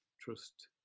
Trust